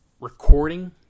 recording